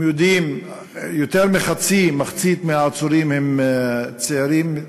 יותר ממחצית מהעצורים הם צעירים,